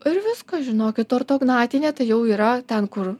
ir viskas žinokit ortognatinė tai jau yra ten kur